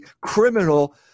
criminal